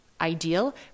ideal